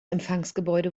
empfangsgebäude